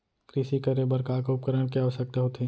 कृषि करे बर का का उपकरण के आवश्यकता होथे?